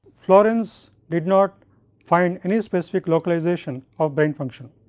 flourens did not find any specific localization of brain function.